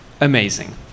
Amazing